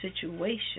situation